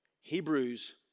Hebrews